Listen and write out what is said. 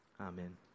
Amen